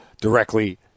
directly